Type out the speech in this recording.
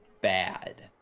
bad